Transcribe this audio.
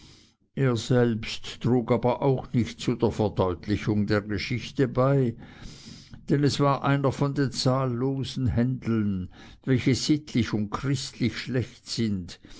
er selbst trug aber auch nicht zu der verdeutlichung der geschichte bei denn es war einer von den zahllosen händeln welche sittlich und christlich schlecht sind